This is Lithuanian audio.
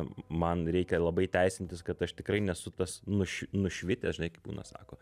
man reikia labai teisintis kad aš tikrai nesu tas nuš nušvitęs žinai kaip būna sako